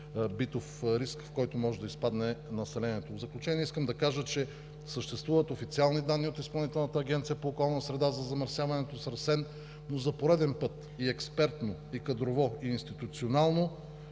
битов риск, в който може да изпадне населението? В заключение искам да кажа, че съществуват официални данни от Изпълнителната агенция по околна среда за замърсяването с арсен, но за пореден път и експертно, и кадрово, и институционално,